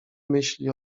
myśli